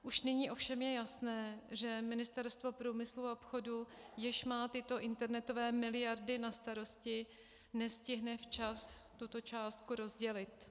Už nyní ovšem je jasné, že Ministerstvo průmyslu a obchodu, jež má tyto internetové miliardy na starosti, nestihne včas tuto částku rozdělit.